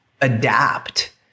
adapt